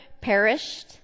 perished